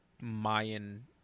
Mayan